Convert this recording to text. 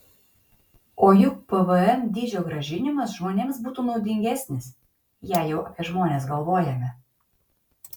o juk pvm dydžio grąžinimas žmonėms būtų naudingesnis jei jau apie žmones galvojame